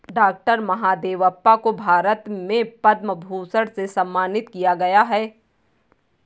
doctor Mahadevappa को भारत में पद्म भूषण से सम्मानित किया गया है